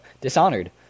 Dishonored